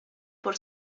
por